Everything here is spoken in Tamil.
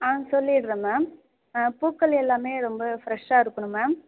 ஆ சொல்லிடுறேன் மேம் பூக்கள் எல்லாமே ரொம்ப ஃப்ரெஷ்ஷாக இருக்கணும் மேம்